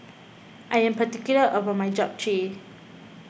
I am particular about my Japchae